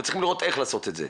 וצריכים לראות איך לעשות את זה.